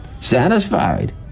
satisfied